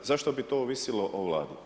Zašto bi to ovisilo o Vladi?